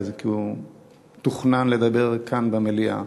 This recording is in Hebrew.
כי תוכנן לדבר כאן במליאה.